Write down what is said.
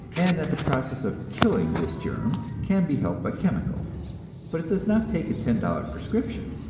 and that the process of killing this germ can be helped by chemicals but it does not take a ten-dollar prescription,